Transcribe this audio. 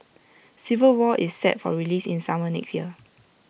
civil war is set for release in summer next year